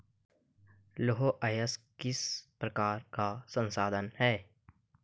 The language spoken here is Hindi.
लौह अयस्क किस प्रकार का संसाधन है?